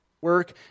work